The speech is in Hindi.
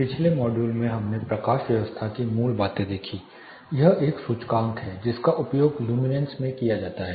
पिछले मॉड्यूलमें हमने प्रकाश व्यवस्था की मूल बातें देखीं यह एक सूचकांक है जिसका उपयोग लुमिनेंस में किया जाता है